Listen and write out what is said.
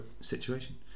situation